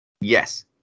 Yes